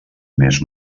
més